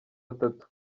atatu